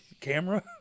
camera